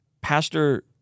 Pastor